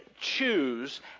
choose